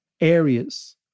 areas